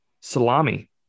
salami